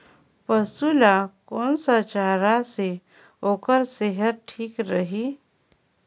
पशु ला कोन स चारा से ओकर सेहत ठीक रही?